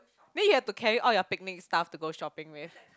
then you have to carry all your picnic stuff to go shopping with